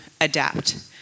adapt